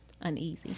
uneasy